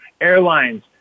airlines